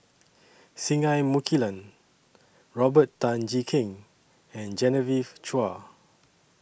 Singai Mukilan Robert Tan Jee Keng and Genevieve Chua